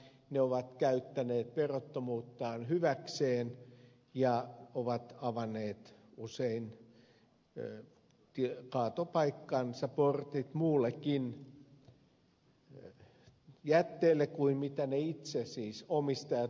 ne ovat käyttäneet verottomuuttaan hyväkseen ja ovat avanneet usein kaatopaikkansa portit muullekin jätteelle kuin sille mitä ne itse siis omistajat tuottavat